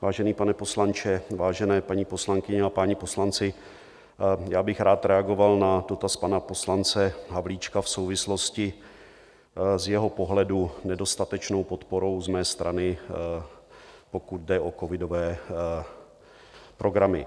Vážený pane poslanče, vážené paní poslankyně a páni poslanci, já bych rád reagoval na dotaz pana poslance Havlíčka v souvislosti z jeho pohledu nedostatečnou podporou z mé strany, pokud jde o covidové programy.